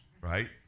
right